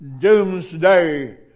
doomsday